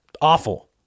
awful